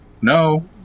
No